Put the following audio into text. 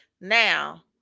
now